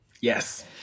Yes